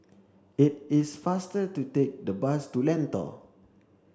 it is faster to take the bus to Lentor